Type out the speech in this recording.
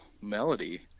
melody